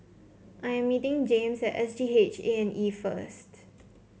I am meeting James at S G H A and E first